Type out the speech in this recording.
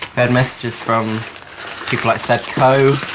had messages from people like seb coe.